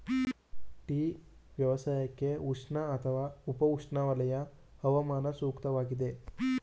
tea ವ್ಯವಸಾಯಕ್ಕೆ ಉಷ್ಣ ಅಥವಾ ಉಪ ಉಷ್ಣವಲಯ ಹವಾಮಾನ ಸೂಕ್ತವಾಗಿದೆ